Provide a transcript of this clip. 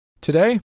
Today